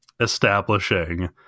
establishing